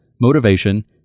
motivation